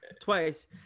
twice